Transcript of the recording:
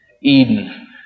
Eden